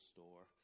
Store